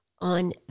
on